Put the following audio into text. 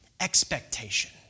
expectation